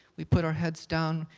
we put our heads down,